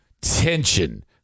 Tension